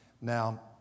Now